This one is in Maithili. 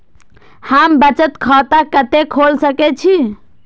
हम बचत खाता कते खोल सके छी?